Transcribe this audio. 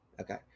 Okay